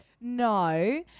No